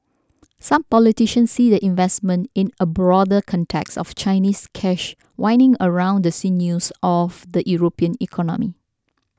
some politicians see the investment in a broader context of Chinese cash winding around the sinews of the European economy